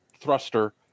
thruster